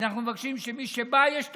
אנחנו מבקשים שמי שבא, יש תהליך.